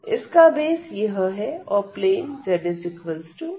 इसका बेस यह है और प्लेन zx है